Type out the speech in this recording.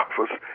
office